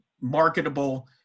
marketable